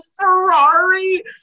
Ferrari